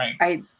right